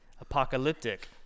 Apocalyptic